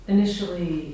Initially